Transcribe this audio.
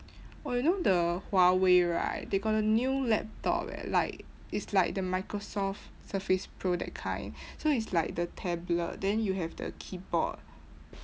oh you know the huawei right they got a new laptop eh like it's like the microsoft surface pro that kind so it's like the tablet then you have the keyboard